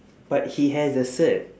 but he has the cert